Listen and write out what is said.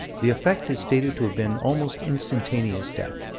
the effect is stated to have been almost instantaneous death.